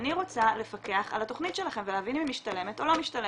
אני רוצה לפקח על התכנית שלכם ולהבין אם היא משתלמת או לא משתלמת,